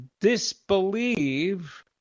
disbelieve